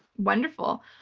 wonderful.